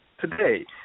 today